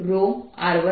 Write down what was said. dSr12l0 E